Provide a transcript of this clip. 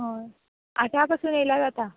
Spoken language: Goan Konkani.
हय आतां पासून आयल्यार जाता